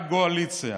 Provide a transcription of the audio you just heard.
רק גועליציה.